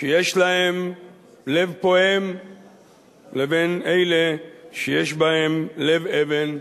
שיש להם לב פועם לבין אלה שיש בהם לב אבן.